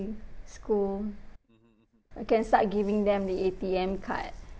school can start giving them the A_T_M card